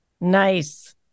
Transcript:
Nice